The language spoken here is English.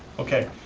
okay,